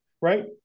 right